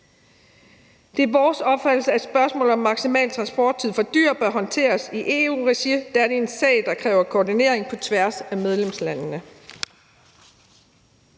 Det er vores opfattelse, at spørgsmålet om maksimal transporttid for dyr bør håndteres i EU-regi, da det er en sag, der kræver koordinering på tværs af medlemslandene.